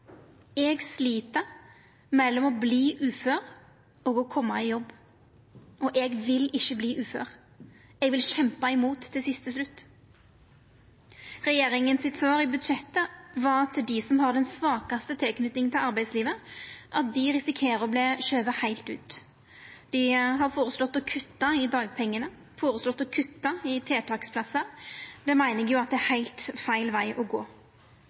Eg sit mellom å verta ufør og å koma i jobb. Eg vil ikkje verta ufør. Eg vil kjempa imot det til siste slutt. Svaret frå regjeringa i budsjettet til dei som har den svakaste tilknytinga til arbeidslivet, er at dei risikerer å verta skovne heilt ut. Dei har føreslått å kutta i dagpengane, føreslått å kutta i tiltaksplassar. Det meiner eg er heilt feil veg å gå.